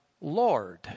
Lord